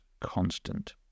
constant